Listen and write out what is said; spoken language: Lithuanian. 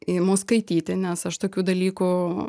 imu skaityti nes aš tokių dalykų